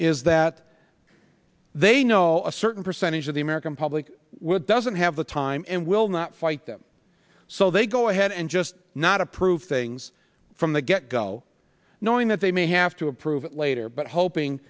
is that they know a certain percentage of the american public would doesn't have the time and will not fight them so they go ahead and just not approve things from the get go knowing that they may have to approve it later but hoping